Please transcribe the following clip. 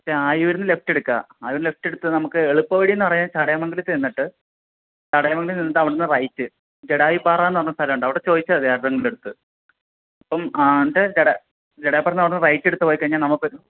ആയുരുനിന്ന് left എടുക്കുക ആയുരുനിന്നു left എടുത്ത് നമുക്ക് എളുപ്പവഴി എന്ന് പറയാൻ ചടയമംഗലത്തൂ ചെന്നിട്ട് ചടയമംഗലം ചെന്നിട്ട് അവിടന്ന് റയ്റ്റ് ജടായുപ്പാറ എന്ന് പറഞ്ഞ സ്ഥലം ഉണ്ട് അവിടെ ചോദിച്ചാൽ മതി ആരുടെയെങ്കിലും അടുത്ത് അപ്പം എന്നിട്ട് ജടായുപ്പാറയുടെ അവിടുന്ന് റൈറ്റ് എടുത്ത് പോയിക്കഴിഞ്ഞാൽ നമുക്ക് ഒരു